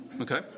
Okay